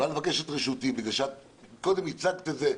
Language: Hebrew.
בא לבקש את רשותי בגלל שאת קודם הצגת את זה,